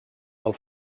del